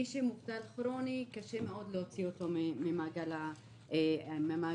שמי שמובטל כרונית קשה להוציא אותו ממעגל האבטלה.